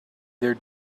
their